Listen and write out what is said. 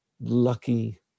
lucky